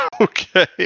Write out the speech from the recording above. Okay